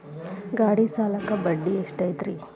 ಗಾಡಿ ಸಾಲಕ್ಕ ಬಡ್ಡಿ ಎಷ್ಟೈತ್ರಿ?